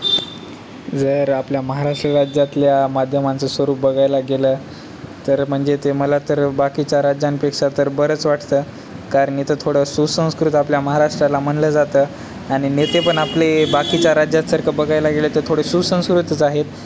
जर आपल्या महाराष्ट्र राज्यातल्या माध्यमांचं स्वरूप बघायला गेलं तर म्हणजे ते मला तर बाकीच्या राज्यांपेक्षा तर बरंच वाटतं कारण इथं थोडं सुसंस्कृत आपल्या महाराष्ट्राला म्हटलं जातं आणि नेतेपण आपले बाकीच्या राज्यासारखं बघायला गेलं तर थोडं सुसंस्कृतच आहेत